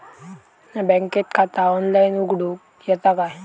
बँकेत खाता ऑनलाइन उघडूक येता काय?